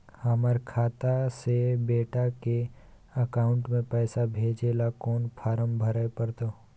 हमर खाता से बेटा के अकाउंट में पैसा भेजै ल कोन फारम भरै परतै?